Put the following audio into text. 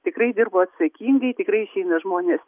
tikrai dirbo atsakingai tikrai nes žmonės